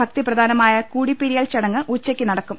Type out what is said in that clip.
ഭക്തി പ്രധാനമായ കൂടിപ്പിരിയൽ ചടങ്ങ് ഉച്ചയ്ക്ക് നട ക്കും